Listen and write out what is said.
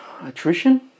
attrition